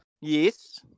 Yes